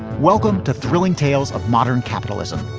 welcome to thrilling tales of modern capitalism.